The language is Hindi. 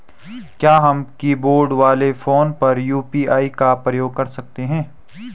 क्या हम कीबोर्ड वाले फोन पर यु.पी.आई का प्रयोग कर सकते हैं?